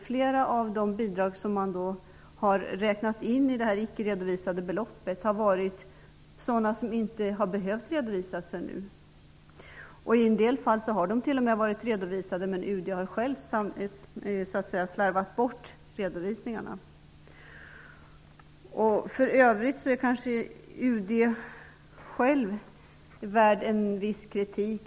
Flera av de bidrag som man har räknat in i det ickeredovisade beloppet har varit sådana som inte har behövt redovisas ännu. I en del fall har de t.o.m. varit redovisade, men UD har slarvat bort redovisningarna. För övrigt förtjänar UD kanske en viss kritik.